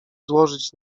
złożyć